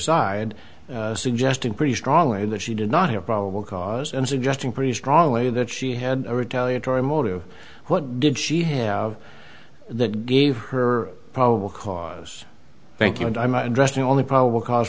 side suggesting pretty strongly that she did not have probable cause and suggesting pretty strongly that she had a retaliatory motive what did she have that gave her probable cause thank you and i'm addressing only probable cause